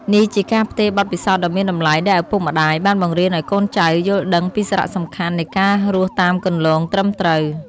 នេះជាការផ្ទេរបទពិសោធន៍ដ៏មានតម្លៃ ដែលឪពុកម្ដាយ បានបង្រៀនឲ្យកូនចៅយល់ដឹងពីសារៈសំខាន់នៃការរស់តាមគន្លងត្រឹមត្រូវ។